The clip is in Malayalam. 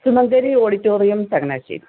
സുമംഗലി ഓഡിറ്റോറിയം ചങ്ങനാശ്ശേരി